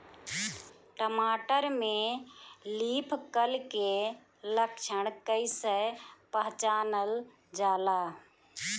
टमाटर में leaf curl के लक्षण कइसे पहचानल जाला?